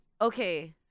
okay